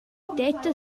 detta